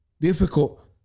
difficult